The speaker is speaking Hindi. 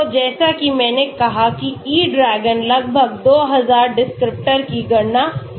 तो जैसा कि मैंने कहा कि E DRAGON लगभग 2000 डिस्क्रिप्टर की गणना कर सकता है